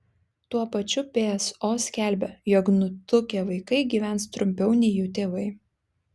tuo pačiu pso skelbia jog nutukę vaikai gyvens trumpiau nei jų tėvai